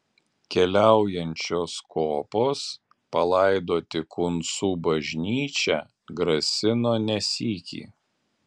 keliaujančios kopos palaidoti kuncų bažnyčią grasino ne sykį